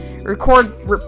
Record